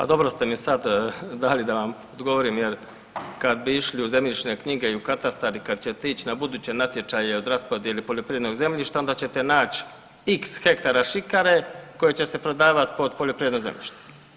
Pa dobro ste mi sad dali da vam ogovorim jer kad bi išli u zemljišne knjige i u katastar i kad ćete ići na buduće natječaje o raspodjeli poljoprivrednog zemljišta onda ćete naći x hektara šikare koje će se prodavati pod poljoprivedno zemljište.